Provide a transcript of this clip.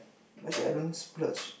but actually I don't splurge